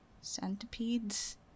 centipedes